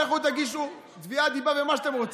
לכו תגישו תביעת דיבה על מה שאתם רוצים.